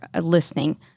listening